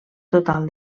total